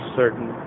certain